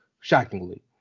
shockingly